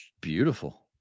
Beautiful